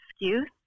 excuse